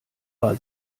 war